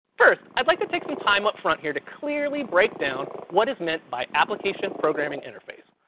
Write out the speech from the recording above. first, i'd like to take some time upfront here to clearly break down what is meant by application programming interface.